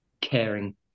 caring